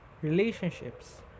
relationships